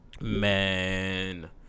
Man